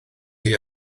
chi